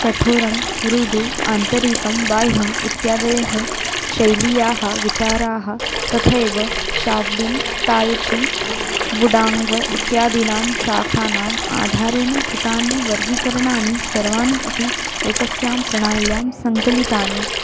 कठोरं मृदु आन्तरिकं बाह्यम् इत्यादयः शैलीयाः विचाराः तथैव शाव्लिन् ताय् ची वुडाङ्ग् इत्यादीनां शाखानाम् आधारेण कृतानि वर्गीकरणानि सर्वाणि अपि एकस्यां प्रणाल्यां सङ्कलितानि